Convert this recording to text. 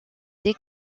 des